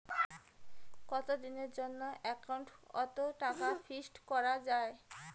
কতদিনের জন্যে একাউন্ট ওত টাকা ফিক্সড করা যায়?